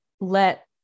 let